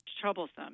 troublesome